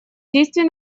действий